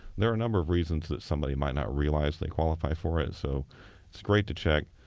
there are a number of reasons that somebody might not realize they qualify for it. so it's great to check.